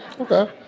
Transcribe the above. Okay